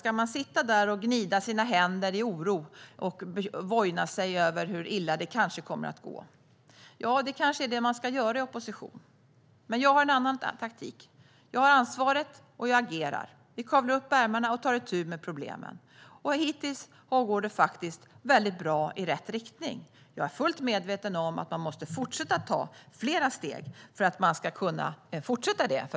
Ska man sitta och vrida sina händer i oro och oja sig över hur illa det kanske kommer att gå? Ja, det kanske är det man ska göra i opposition. Jag har en annan taktik. Jag har ansvaret, och jag agerar. Vi kavlar upp ärmarna och tar itu med problemen. Hittills går det faktiskt väldigt bra och i rätt riktning. Jag är fullt medveten om att man måste fortsätta och ta fler steg för att kunna fortsätta så.